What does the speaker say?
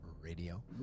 Radio